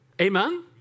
Amen